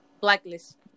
blacklist